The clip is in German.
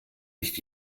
nicht